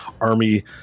army